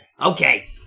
Okay